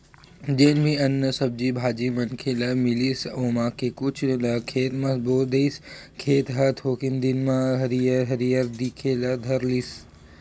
जेन भी अन्न, सब्जी भाजी मनखे ल मिलिस ओमा के कुछ ल खेत म बो दिस, खेत ह थोकिन दिन म हरियर हरियर दिखे ल धर लिस